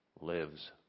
lives